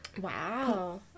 Wow